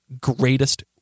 greatest